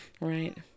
right